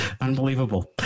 Unbelievable